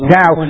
now